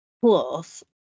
Plus